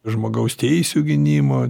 žmogaus teisių gynimo